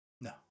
No